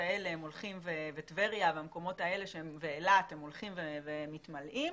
טבריה ואילת הולכים ומתמלאים,